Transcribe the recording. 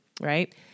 right